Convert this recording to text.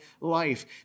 life